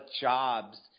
jobs